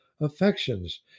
affections